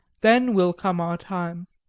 then will come our time.